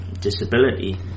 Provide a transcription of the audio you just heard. disability